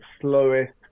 slowest